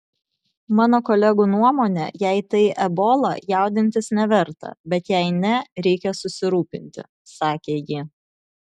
mano kolegų nuomone jei tai ebola jaudintis neverta bet jei ne reikia susirūpinti sakė ji